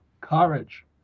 courage